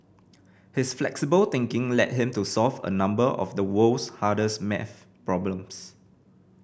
his flexible thinking led him to solve a number of the world's hardest maths problems